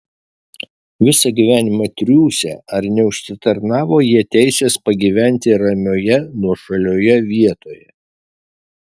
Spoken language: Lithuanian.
visą gyvenimą triūsę ar neužsitarnavo jie teisės pagyventi ramioje nuošalioje vietoje